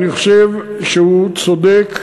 אני חושב שהוא צודק.